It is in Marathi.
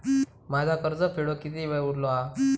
माझा कर्ज फेडुक किती वेळ उरलो हा?